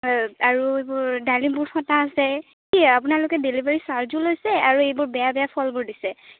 আৰু এইবোৰ ডালিমবোৰ ফটা আছে কি আপোনালোকে ডেলিভাৰী চাৰ্জো লৈছে আৰু এইবোৰ বেয়া বেয়া ফলবোৰ দিছে